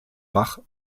bach